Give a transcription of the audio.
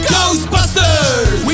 Ghostbusters